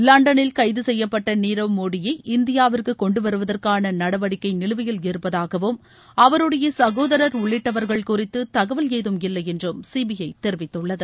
லண்டனில் கைது செய்யப்பட்ட நீரவ் மோடியை இந்தியாவிற்கு கொண்டு வருவதற்கான நடவடிக்கை நிலுவையில் இருப்பதாகவும் அவருடைய சகோதரர் உள்ளிட்டவர்கள் குறித்து தகவல் ஏதும் இல்லை என்று சிபிஐ தெரிவித்துள்ளது